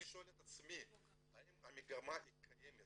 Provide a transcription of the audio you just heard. אבל אני שואל את עצמי האם קיימת מגמה,